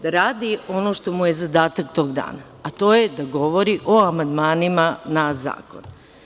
Da radi ono što mu je zadatak toga dana, a to je da govori o amandmanima na zakone.